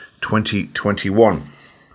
2021